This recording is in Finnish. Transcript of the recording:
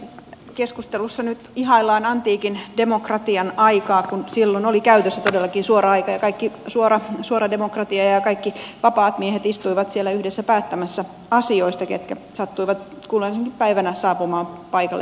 keskustelussa nyt ihaillaan antiikin demokratian aikaa kun silloin oli käytössä todellakin suora demokratia ja kaikki vapaat miehet istuivat siellä yhdessä päättämässä asioista ketkä sattuivat kulloisenakin päivänä saapumaan paikalle päättämään